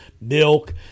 milk